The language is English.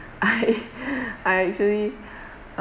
I I actually